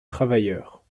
travailleurs